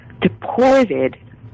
deported